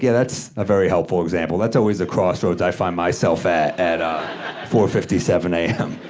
yeah that's a very helpful example. that's always the crossroads i find myself at at ah four fifty seven a m.